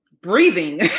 breathing